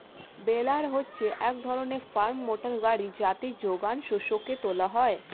বেলার হচ্ছে এক ধরনের ফার্ম মোটর গাড়ি যাতে যোগান শস্যকে তোলা হয়